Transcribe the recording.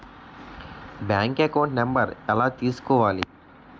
Bank account number ఎలా తీసుకోవాలి?